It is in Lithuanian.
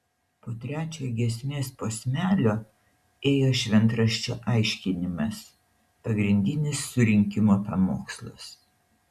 po trečio giesmės posmelio ėjo šventraščio aiškinimas pagrindinis surinkimo pamokslas